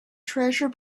treasure